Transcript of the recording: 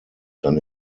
dann